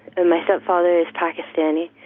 and my stepfather is pakistani.